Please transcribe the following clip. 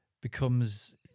becomes